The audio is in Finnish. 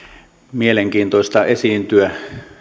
mielenkiintoista esiintyä